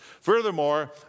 Furthermore